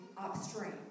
upstream